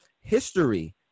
History